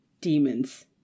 demons